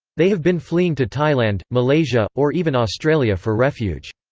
they have been fleeing to thailand, malaysia, or even australia for refuge.